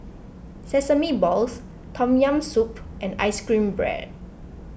Sesame Balls Tom Yam Soup and Ice Cream Bread